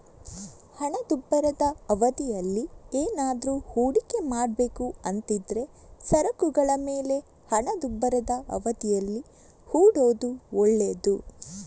ಹಣದುಬ್ಬರದ ಅವಧಿಯಲ್ಲಿ ಏನಾದ್ರೂ ಹೂಡಿಕೆ ಮಾಡ್ಬೇಕು ಅಂತಿದ್ರೆ ಸರಕುಗಳ ಮೇಲೆ ಹಣದುಬ್ಬರದ ಅವಧಿಯಲ್ಲಿ ಹೂಡೋದು ಒಳ್ಳೇದು